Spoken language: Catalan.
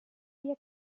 dia